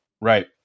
right